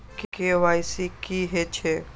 KYC की हे छे?